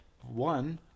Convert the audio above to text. One